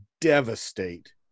devastate